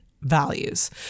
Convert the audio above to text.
values